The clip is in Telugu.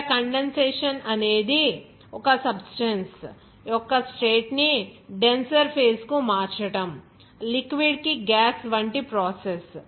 ఇక్కడ కండెన్సషన్ అనేది ఒక సబ్స్టెన్స్ యొక్క స్టేట్ ని డెన్సర్ ఫేజ్ కు మార్చడం లిక్విడ్ కి గ్యాస్ వంటి ప్రాసెస్